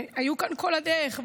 שהיו כאן כל הדרך,